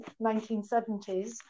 1970s